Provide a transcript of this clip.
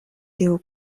tiu